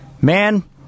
man